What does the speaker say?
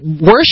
Worship